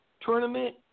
tournament